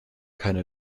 keine